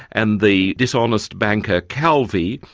and the dishonest banker, calvi.